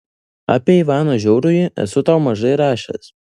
apie ivaną žiaurųjį esu tau mažai rašęs